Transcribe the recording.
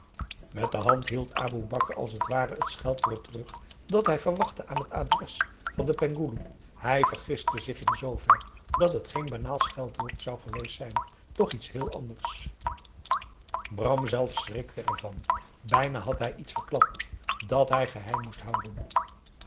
met de hand hield aboe bakar als het ware het scheldwoord terug dat hij verwachtte aan het adres van den penghoeloe hij vergiste zich in zoover dat het geen banaal scheldwoord zou geweest zijn doch iets heel anders bram zelf schrikte ervan bijna had hij iets verklapt dat hij geheim moest houden